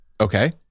Okay